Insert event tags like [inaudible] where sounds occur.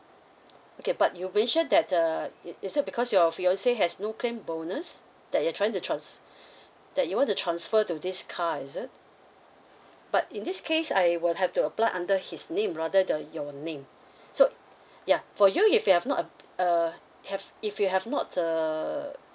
[noise] okay but you mentioned that uh it is it because your fiance has no claim bonus that you are trying to trans~ that you want to transfer to this car is it but in this case I would have to apply under his name rather than your name so ya for you if you have not app~ uh have if you have not uh